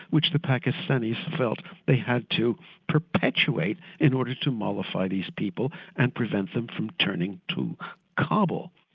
which the pakistanis felt they had to perpetuate in order to mollify these people and prevent them from turning to kabul.